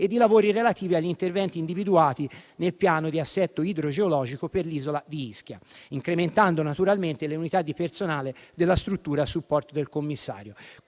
dei lavori relativi agli interventi individuati nel piano di assetto idrogeologico per l'isola di Ischia, incrementando naturalmente le unità di personale della struttura a supporto del Commissario.